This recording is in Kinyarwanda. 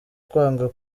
kwanga